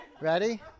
Ready